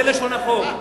זאת לשון החוק.